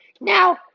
Now